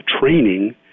training